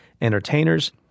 entertainers